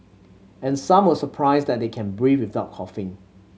and some were surprised that they can breathe without coughing